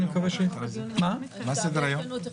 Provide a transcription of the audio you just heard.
הישיבה נעולה.